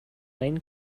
lane